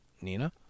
Nina